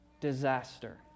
disaster